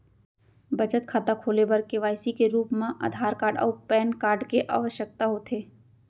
बचत खाता खोले बर के.वाइ.सी के रूप मा आधार कार्ड अऊ पैन कार्ड के आवसकता होथे